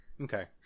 Okay